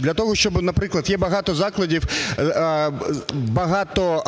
Для того, щоби, наприклад, є багато закладів… багато